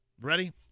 Ready